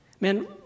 man